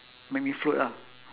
make me float ah